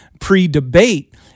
pre-debate